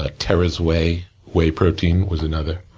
ah terra's whey, whey protein was another.